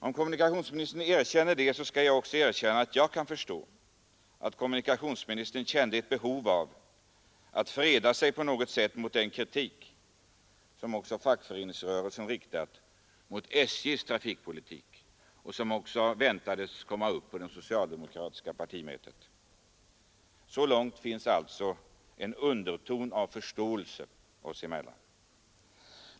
Om kommunikationsministern erkänner det, så skall jag också erkänna att jag kan förstå att kommunikationsministern kände ett behov av att på något sätt freda sig mot den kritik som också fackföreningsrörelsen riktade mot SJ:s trafikpolitik och som även väntades komma upp på det socialdemokratiska partimötet. Så långt finns det alltså en underton av förståelse oss emellan.